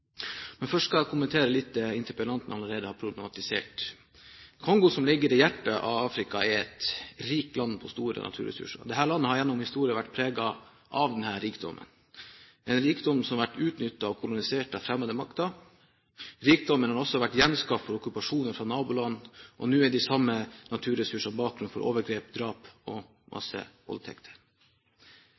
Men først skal jeg kommentere litt det interpellanten allerede har problematisert. Kongo, som ligger i hjertet av Afrika, er et land rikt på store naturressurser. Dette landet har gjennom historien vært preget av denne rikdommen, en rikdom som har vært utnyttet og kolonisert av fremmede makter. Rikdommen har også vært gjenstand for okkupasjoner fra naboland, og nå er de samme naturressursene bakgrunnen for overgrep, drap og